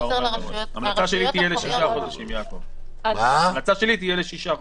לרשויות המקומיות --- ההמלצה שלי תהיה לשישה חודשים.